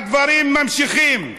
הדברים ממשיכים: